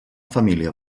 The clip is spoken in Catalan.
família